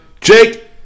Jake